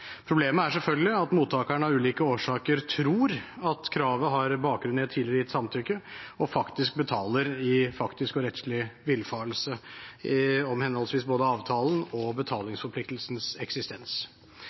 Problemet er selvfølgelig at mottakerne av ulike årsaker tror at kravet har bakgrunn i et tidligere gitt samtykke, og betaler i faktisk og rettslig villfarelse om henholdsvis avtalens og betalingsforpliktelsens eksistens.